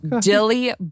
dilly